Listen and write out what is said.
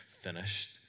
finished